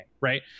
right